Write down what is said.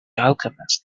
alchemist